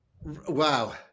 wow